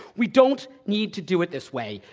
we don't need to do it this way.